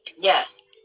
Yes